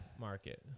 market